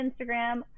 Instagram